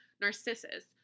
Narcissus